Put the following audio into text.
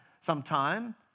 sometime